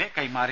A കൈമാറി